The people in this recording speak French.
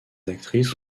actrices